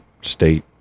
state